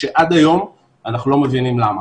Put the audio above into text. כשעד היום אנחנו לא מבינים למה.